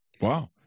Wow